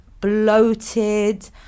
bloated